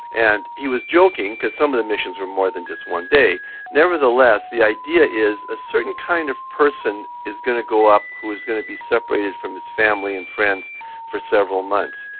and he was joking, because some of the missions were more than just one day, but nevertheless the idea is a certain kind of person is going to go up who is going to be separated from his family and friends for several months.